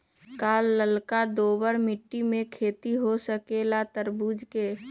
का लालका दोमर मिट्टी में खेती हो सकेला तरबूज के?